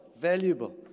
Valuable